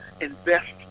invest